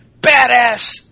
badass